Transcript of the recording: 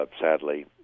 sadly